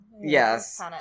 Yes